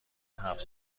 هفت